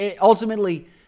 Ultimately